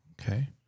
Okay